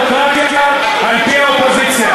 הדמוקרטיה על-פי האופוזיציה.